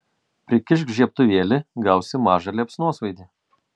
prikišk žiebtuvėlį gausi mažą liepsnosvaidį